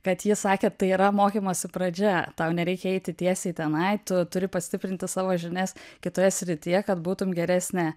kad jis sakė tai yra mokymosi pradžia tau nereikia eiti tiesiai tenai tu turi pastiprinti savo žinias kitoje srityje kad būtum geresnė